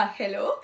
hello